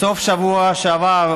בסוף השבוע שעבר,